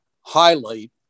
highlight